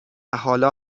حالا